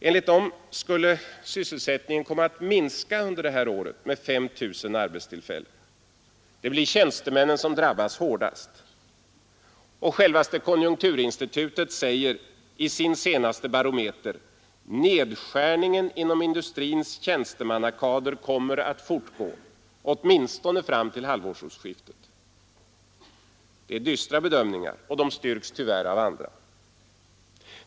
Enligt den skulle sysselsättningen komma att minska det här året med 5 000 arbetstillfällen. Det blir tjänstemännen som drabbas hårdast, och självaste konjunkturinstitutet säger i sin senaste barometer: ”Nedskärningen inom industrins tjänstemannakader kommer att fortgå — åtminstone fram till halvårsskiftet.” Det är dystra bedömningar, och de styrks tyvärr av andra.